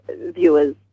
viewers